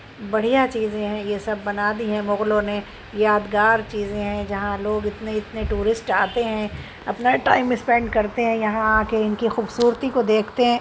بڑھیا چیزیں ہیں یہ سب بنا دی ہیں مغلوں نے یادگار چیزیں ہیں جہاں لوگ اتنے اتنے ٹورسٹ آتے ہیں اپنا ٹائم اسپینڈ کرتے ہیں یہاں آکے ان کی خوبصورتی کو دیکھتے ہیں